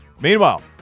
Meanwhile